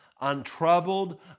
untroubled